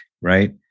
right